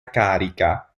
carica